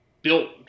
built